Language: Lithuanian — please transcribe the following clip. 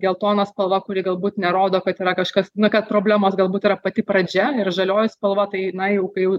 geltona spalva kuri galbūt nerodo kad yra kažkas na kad problemos galbūt yra pati pradžia ir žalioji spalva tai na jau kai jau